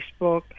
Facebook